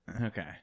Okay